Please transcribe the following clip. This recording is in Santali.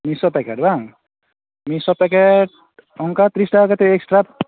ᱢᱤᱫᱥᱚ ᱯᱮᱠᱮᱴ ᱵᱟᱝ ᱢᱤᱫᱥᱚ ᱯᱮᱠᱮᱴ ᱚᱱᱠᱟ ᱛᱤᱨᱤᱥ ᱴᱟᱠᱟ ᱠᱟᱛᱮᱫ ᱮᱠᱥᱴᱨᱟ